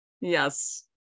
Yes